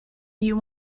you